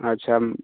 अच्छा